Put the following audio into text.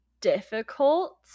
difficult